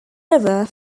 river